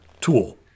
tool